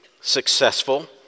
successful